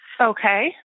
Okay